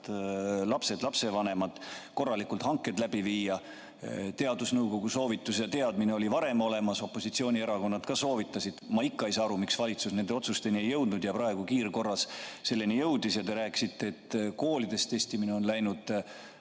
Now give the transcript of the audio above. lapsed, lapsevanemad –, korralikult hanked läbi viia. Teadusnõukoja soovitus oli varem olemas, opositsioonierakonnad ka soovitasid. Ma ikka ei saa aru, miks valitsus nende otsusteni ei jõudnud ja praegu kiirkorras selleni jõudis. Te rääkisite, et koolides on testimine läinud